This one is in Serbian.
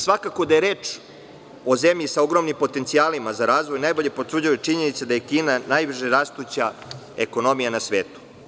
Svakako, da je reč o zemlji sa ogromnim potencijalima za razvoj, potvrđuju činjenice da je Kina najbrže rastuća ekonomija na svetu.